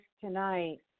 tonight